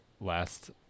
last